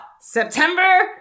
september